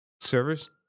servers